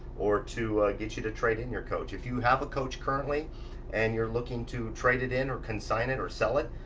or get you to trade in your coach. if you have a coach currently and you're looking to trade it in or consign it or sell it.